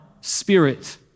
Spirit